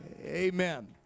Amen